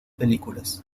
películas